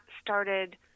started